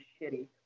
shitty